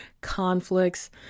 conflicts